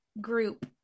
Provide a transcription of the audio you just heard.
group